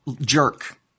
jerk